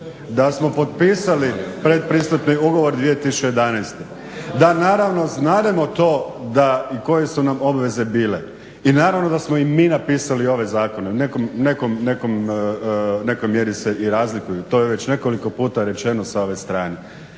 da smo potpisali predpristupni ugovor 2011. Da, naravno znademo to da, i koje su nam obveze bile. I naravno da smo i mi napisali ove zakone, u nekoj mjeri se i razlikuju. To je već nekoliko puta rečeno s ove strane.